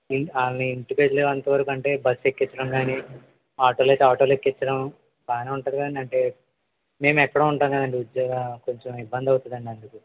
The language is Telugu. ఆ నేను ఇంటికి వేళ్ళెంత వరకు అంటే బస్సు ఎక్కించడం కానీ ఆటోలైతే ఆటో ఎక్కించడం బాగానే ఉంటుంది కదండీ అంటే మేము ఎక్కడో ఉంటాం కదండి ఉద్యోగం కొంచెం ఇబ్బంది అవుతుందండి అందుకు